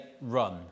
run